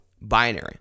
binary